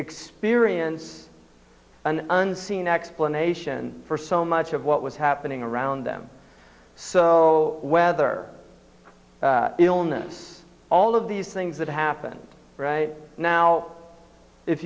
experience an unseen explanation for so much of what was happening around them so whether illness all of these things that happen right now if